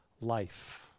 life